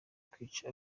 kwica